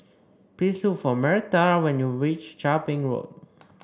please look for Myrta when you reach Chia Ping Road